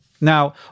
Now